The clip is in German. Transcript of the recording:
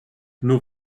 nur